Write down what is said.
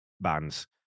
bands